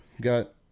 got